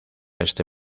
este